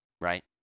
right